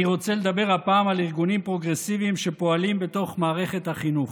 אני רוצה לדבר הפעם על ארגונים פרוגרסיביים שפועלים בתוך מערכת החינוך.